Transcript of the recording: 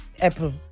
apple